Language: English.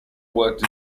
worked